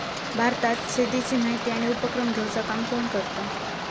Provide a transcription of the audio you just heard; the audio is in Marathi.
भारतात शेतीची माहिती आणि उपक्रम घेवचा काम कोण करता?